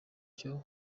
cyo